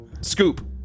Scoop